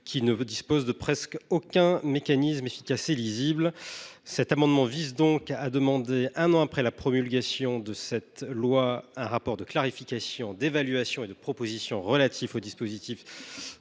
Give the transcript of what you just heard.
qui ne disposent de presque aucun mécanisme efficace et lisible. Cet amendement vise donc à demander au Gouvernement un rapport de clarification, d’évaluation et de proposition relatif au dispositif